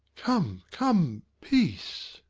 come, come, peace.